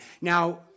Now